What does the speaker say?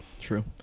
true